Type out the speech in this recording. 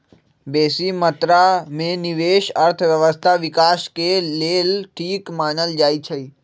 बेशी मत्रा में निवेश अर्थव्यवस्था विकास के लेल ठीक मानल जाइ छइ